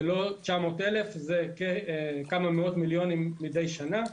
זה לא 900,000, זה כמה מאות מיליונים מידי שנה.